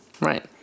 Right